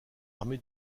armé